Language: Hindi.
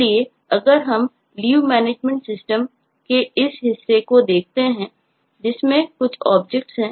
इसलिए अगर हम LMS सिस्टम के इस हिस्से को देखते हैं जिसमें कुछ ऑब्जेक्ट है